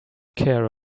care